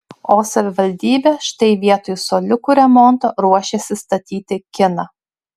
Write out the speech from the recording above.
o savivaldybė štai vietoj suoliukų remonto ruošiasi statyti kiną